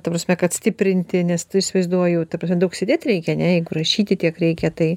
ta prasme kad stiprinti nes tu įsivaizduoju ta prasme daug sėdėt reikia ane jeigu rašyti tiek reikia tai